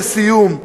לסיום,